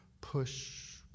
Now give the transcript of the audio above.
push